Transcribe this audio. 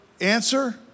answer